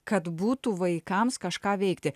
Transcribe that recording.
kad būtų vaikams kažką veikti